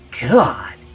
God